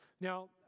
Now